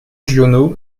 giono